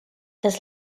des